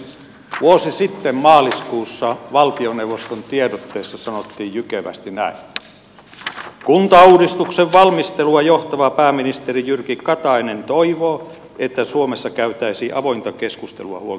vuosi sitten maaliskuussa valtioneuvoston tiedotteessa sanottiin jykevästi näin että kuntauudistuksen valmistelua johtava pääministeri jyrki katainen toivoo että suomessa käytäisiin avointa keskustelua huoltosuhteesta